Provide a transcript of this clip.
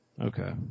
Okay